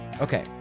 Okay